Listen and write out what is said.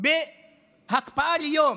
בהקפאה ליום.